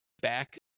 back